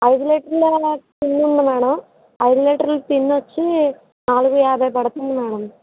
ఐదు లీటర్ల టిన్ ఉంది మేడమ్ ఐదు లీటర్ల టిన్ వచ్చి నాలుగు యాభై పడుతుంది మేడమ్